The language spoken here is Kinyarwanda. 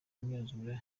imyuzure